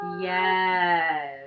Yes